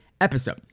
episode